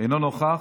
אינו נוכח,